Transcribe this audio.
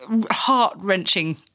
heart-wrenching